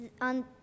On